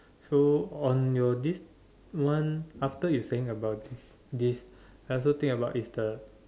so on your this one after you saying about this this I also think about is the